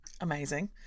Amazing